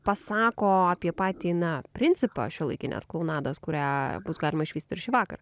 pasako apie patį na principą šiuolaikinės klounados kurią bus galima išvyst per šįvakar